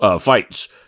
fights